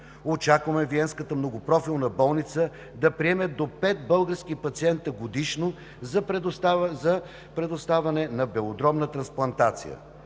Очакваме Виенската многопрофилна болница да приеме до пет български пациенти годишно за предоставяне на белодробна трансплантация.